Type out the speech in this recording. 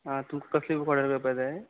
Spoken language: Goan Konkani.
आं तुका कसली ऑर्डर करपाक जाय